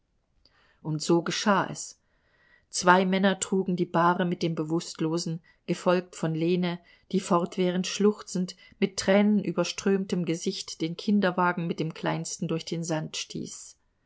und so geschah es zwei männer trugen die bahre mit dem bewußtlosen gefolgt von lene die fortwährend schluchzend mit tränenüberströmtem gesicht den kinderwagen mit dem kleinsten durch den sand stieß